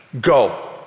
go